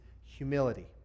humility